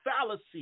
fallacy